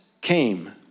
came